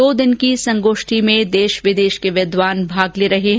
दो दिन की संगोष्ठी में देश विदेश के विद्वान भाग ले रहे हैं